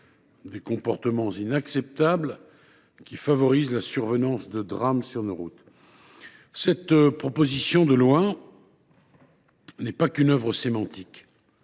des comportements inacceptables, qui favorisent la survenance de drames sur nos routes. Cette proposition de loi n’est pas qu’une œuvre sémantique.